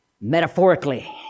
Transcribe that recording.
metaphorically